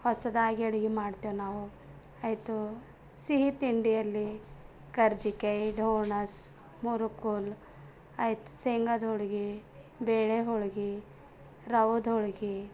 ಹೊಸದಾಗಿ ಅಡುಗೆ ಮಾಡ್ತೇವೆ ನಾವು ಆಯ್ತು ಸಿಹಿ ತಿಂಡಿಯಲ್ಲಿ ಕರ್ಜಿಕಾಯಿ ಡೊನಾಸ್ ಮೂರ್ಕೊಲ್ ಆಯ್ತು ಶೇಂಗದ ಹೋಳಿಗೆ ಬೇಳೆ ಹೋಳಿಗೆ ರವೆದ್ ಹೋಳಿಗೆ